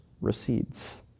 recedes